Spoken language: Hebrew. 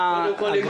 אני לא שופט,